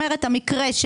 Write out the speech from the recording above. מלמעלה.